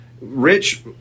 Rich